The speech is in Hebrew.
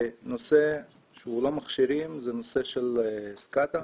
נושא שהוא לא מכשירים הוא SCADA,